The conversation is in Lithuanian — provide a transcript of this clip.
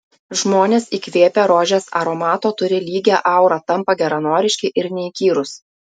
žmonės įkvėpę rožės aromato turi lygią aurą tampa geranoriški ir neįkyrūs